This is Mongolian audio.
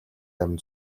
амь